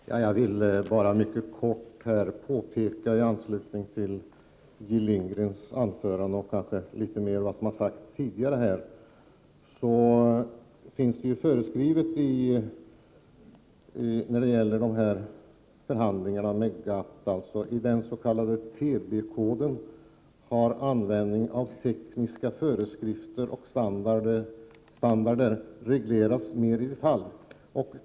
Herr talman! Jag vill bara mycket kort påpeka i anslutning till Jill Lindgrens anförande och delvis vad som har sagts tidigare, att det finns föreskrivet beträffande förhandlingarna med GATT att tekniska föreskrifter och standarder regleras mer i detalj i den s.k. TBT-koden.